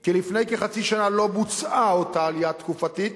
כי לפני כחצי שנה לא בוצעה אותה עלייה תקופתית,